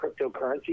cryptocurrency